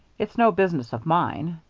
it's no business of mine.